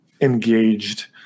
engaged